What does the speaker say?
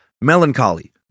melancholy